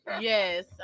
Yes